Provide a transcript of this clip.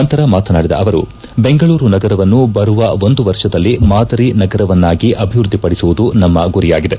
ನಂತರ ಮಾತನಾಡಿದ ಅವರು ಬೆಂಗಳೂರು ನಗರವನ್ನು ಬರುವ ಒಂದು ವರ್ಷದಲ್ಲಿ ಮಾದರಿ ನಗರವನ್ನಾಗಿ ಅಭಿವೃದ್ದಿಪಡಿಸುವುದು ನಮ್ಮ ಗುರಿಯಾಗಿದೆ